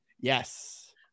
Yes